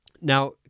Now